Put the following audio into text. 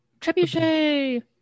Trebuchet